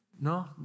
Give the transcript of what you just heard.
No